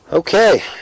Okay